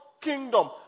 kingdom